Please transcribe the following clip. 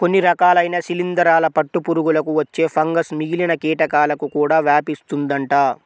కొన్ని రకాలైన శిలీందరాల పట్టు పురుగులకు వచ్చే ఫంగస్ మిగిలిన కీటకాలకు కూడా వ్యాపిస్తుందంట